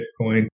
Bitcoin